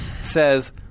says